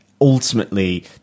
ultimately